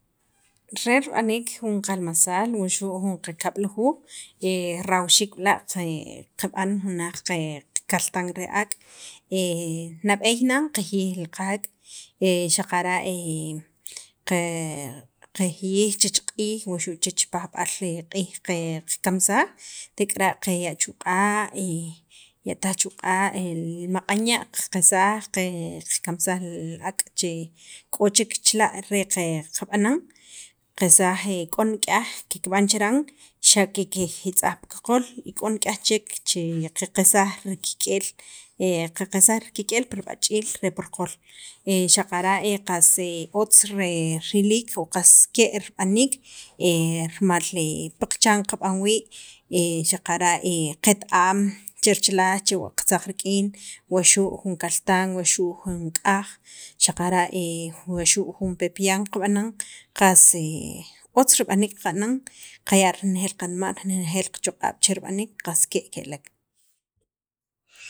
Re rib'aniik jun qalmasaal wuxu' jun qakab'lujuuj rajawxiik b'la' qab'an jun laj qe qakaltan re ak', nab'eey nana qajiyij qaak' xaqara' qa xaqara' qe qajiyij chech q'iij wuxu' chech pajb'al qamansaj tek'ara' qaya' chu' q'a' ya'taj chu' q'a' li maq'anya' qalsaj, qakamsaj che k'o chek chila' re qab'anan qelsaj k'o nik'yaj kikb'an chiran xa' kikjitz'aj pi kiqol y k'o nik'yaj chek qaqelsaj qaqik'eel pirb'ach'iil re pirqol xaqara' qas otz riliik qas ke' rib'aniik rimal pi qachan qab'an wii' xaqara' qet- am che richalaj chewa' qatzaq rik'in wuxu' jun kaltan, wuxu' jun k'aj xaqara' wuxu' jun pepian qab'anan qas otz rib'aniik qana'n qaya' renejeel qanma' renejeel qachoq'ab' che rib'aniik qas ke' kitijek.